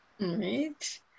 right